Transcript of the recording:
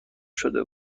شده